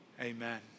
amen